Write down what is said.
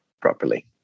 properly